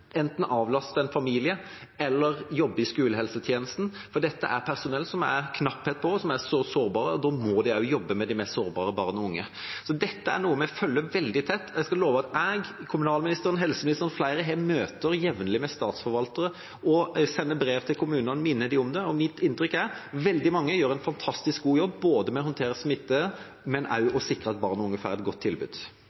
enten avlaster en familie eller jobber i skolehelsetjenesten, for dette er personell som det er knapphet på, og som er sårbare. Da må de også jobbe med de mest sårbare barn og unge. Dette er noe vi følger veldig tett, og jeg skal love at jeg, kommunalministeren, helseministeren og flere har møter jevnlig med statsforvaltere, og vi sender brev til kommunene og minner dem om det. Mitt inntrykk er at veldig mange gjør en fantastisk god jobb, både med å håndtere